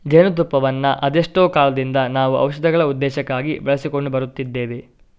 ಜೇನು ತುಪ್ಪವನ್ನ ಅದೆಷ್ಟೋ ಕಾಲದಿಂದ ನಾವು ಔಷಧಗಳ ಉದ್ದೇಶಕ್ಕಾಗಿ ಬಳಸಿಕೊಂಡು ಬರುತ್ತಿದ್ದೇವೆ